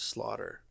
Slaughter